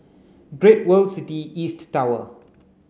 Great World City East Tower